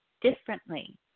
differently